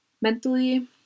Mentally